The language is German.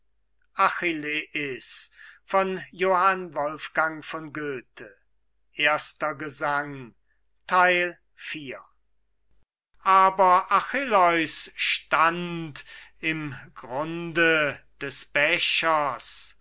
beschriebenem kreise aber achilleus stand im grunde des bechers